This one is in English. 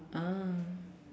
ah